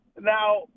Now